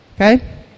Okay